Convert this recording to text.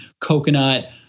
coconut